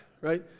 right